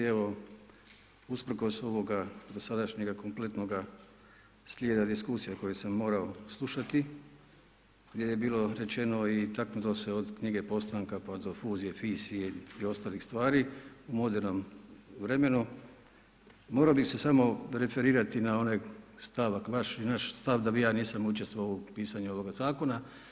Evo usprkos ovoga dosadašnjeg kompletnoga slijeda diskusija koje sam morao slušati gdje je bilo rečeno i taknulo se od Knjige Postanka pa do fuzije, fisije i ostalih stvari u modernom vremenu morao bih se samo referirati na onaj stava vaš i naš stav da ja nisam učestvovao u pisanju ovoga zakona.